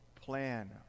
plan